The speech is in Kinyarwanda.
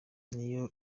niyo